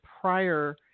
prior